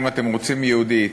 אם אתם רוצים יהודית,